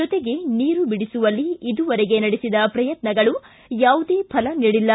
ಜೊತೆಗೆ ನೀರುಬಿಡಿಸುವಲ್ಲಿ ಇದುವರೆಗೆ ನಡೆಸಿದ ಪ್ರಯತ್ನಗಳು ಯಾವುದೇ ಫಲ ನೀಡಿಲ್ಲ